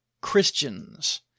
Christians